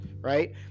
right